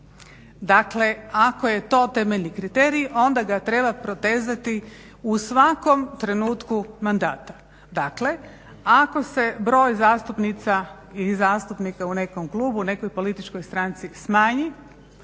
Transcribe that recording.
Dakle, ako je to temeljni kriterij, onda ga treba protezati u svakom trenutku mandata. Dakle, ako se broj zastupnica i zastupnika u nekom klubu, nekoj političkoj stranci smanji,